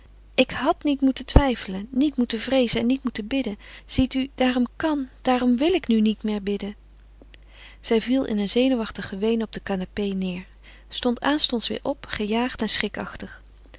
ik had niet moeten twijfelen niet moeten vreezen en niet moeten bidden ziet u daarom kan daarom wil ik niet meer bidden zij viel in een zenuwachtig geween op de canapé neêr stond aanstonds weêr op gejaagd en